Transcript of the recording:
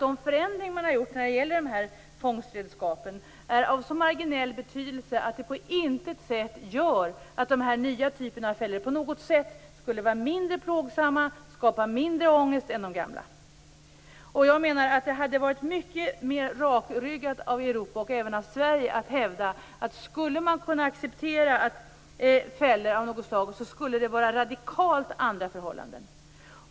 De förändringar som gjorts när det gäller de här fångstredskapen är av så marginell betydelse att de på intet sätt gör att fällor av den nya typen skulle vara mindre plågsamma och skapa mindre ångest än de gamla. Jag menar att det hade varit mycket mera rakryggat av Europa, även av Sverige, att hävda att för att acceptera fällor av något slag skall det vara radikalt andra förhållanden.